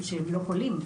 הם לא חולים,